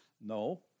No